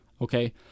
Okay